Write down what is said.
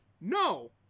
no